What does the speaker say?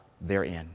therein